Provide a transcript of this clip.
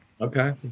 Okay